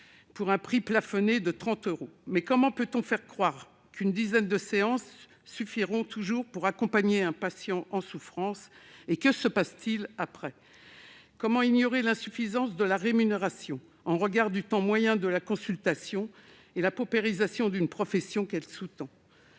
à un prix plafonné à 30 euros. Comment peut-on faire croire qu'une dizaine de séances suffira toujours pour accompagner un patient en souffrance ? En outre, que se passe-t-il à l'issue de ces séances ? Comment ignorer l'insuffisance de la rémunération au regard du temps moyen de la consultation, et la paupérisation de la profession qu'elle sous-tend ?